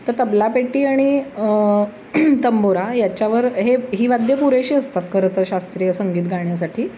तर तबला पेटी आणि तंबोरा याच्यावर हे ही वाद्य पुरेशी असतात खरंतर शास्त्रीय संगीत गाण्यासाठी